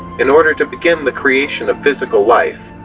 in order to begin the creation of physical life,